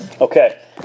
Okay